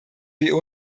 wir